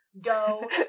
Doe